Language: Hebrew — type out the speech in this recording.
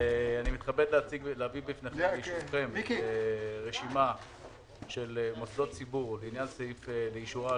אני מתכבד להביא לאישורכם רשימה של מוסדות ציבור לאישורה,